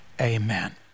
amen